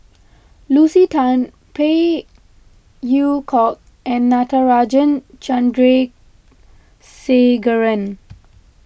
Lucy Tan Phey Yew Kok and Natarajan Chandrasekaran